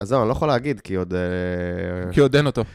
אז זהו, אני לא יכול להגיד כי עוד... כי עוד אין אותו.